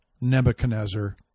Nebuchadnezzar